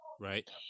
Right